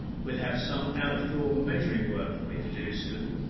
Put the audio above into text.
will have some out-door measuring work for me to do soon,